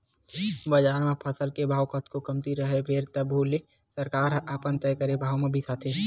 बजार म फसल के भाव कतको कमती रइही फेर तभो ले सरकार ह अपन तय करे भाव म बिसाथे